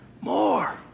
more